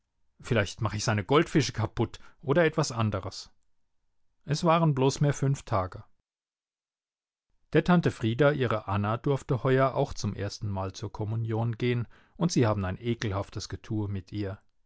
vielleicht mache ich seine goldfische kaputt oder etwas anderes es waren bloß mehr fünf tage der tante frieda ihre anna durfte heuer auch zum erstenmal zur kommunion gehen und sie haben ein ekelhaftes getue mit ihr